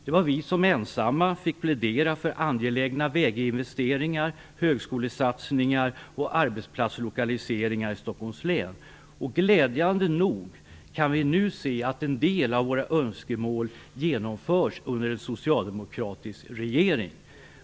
Det var vi som ensamma fick plädera för angelägna väginvesteringar, högskolesatsningar och arbetsplatslokaliseringar i Stockholms län. Glädjande nog kan vi nu se att en del av våra önskemål genomförs under en socialdemokratisk regering.